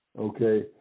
okay